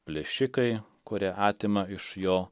plėšikai kurie atima iš jo